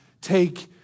take